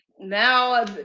now